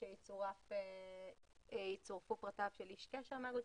שיצורפו פרטיו של איש קשר מהאגודה.